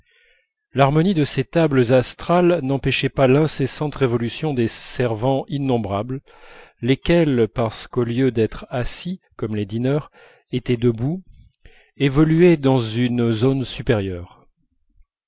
l'harmonie de ces tables astrales n'empêchait pas l'incessante révolution des servants innombrables lesquels parce qu'au lieu d'être assis comme les dîneurs ils étaient debout évoluaient dans une zone supérieure